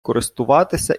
користуватися